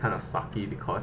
kind of sucky because